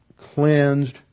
cleansed